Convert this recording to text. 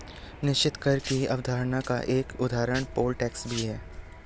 निश्चित कर की अवधारणा का एक उदाहरण पोल टैक्स भी है